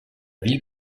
ville